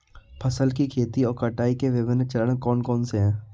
फसल की खेती और कटाई के विभिन्न चरण कौन कौनसे हैं?